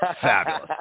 Fabulous